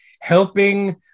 helping